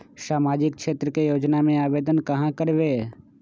सामाजिक क्षेत्र के योजना में आवेदन कहाँ करवे?